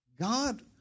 God